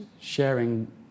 sharing